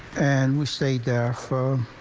and we stayed there for